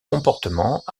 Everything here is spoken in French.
comportements